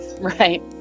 right